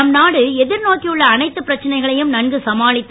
நம் நாடு எதிர்நோக்கியுள்ள அனைத்து பிரச்சனைகளையும் நன்கு சமாளித்து